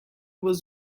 was